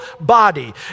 body